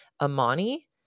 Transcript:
Amani